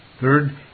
Third